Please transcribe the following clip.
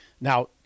Now